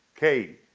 kay,